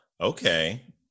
Okay